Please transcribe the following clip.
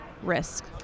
risk